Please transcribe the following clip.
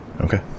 okay